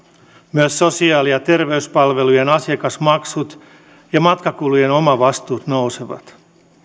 myös sosiaali ja terveyspalvelujen asiakasmaksut ja matkakulujen omavastuut nousevat